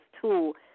tool